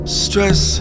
stress